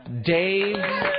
Dave